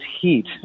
heat